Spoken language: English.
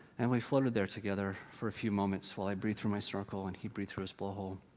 and we floated there together for a few moments, while i breathed through my snorkel and he breathed through his blowhole.